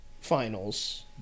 finals